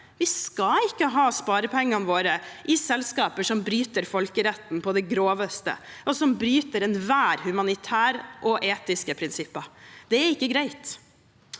skal ikke ha sparepengene våre i selskaper som bryter folkeretten på det groveste, og som bryter ethvert humanitært og etisk prinsipp? Det er ikke greit.